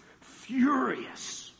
furious